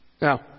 Now